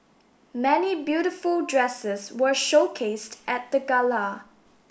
many beautiful dresses were showcased at the gala